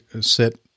sit